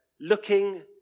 looking